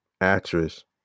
actress